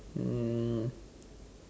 um